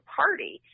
party